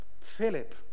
Philip